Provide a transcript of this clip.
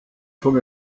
von